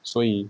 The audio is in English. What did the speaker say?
所以